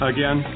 Again